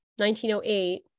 1908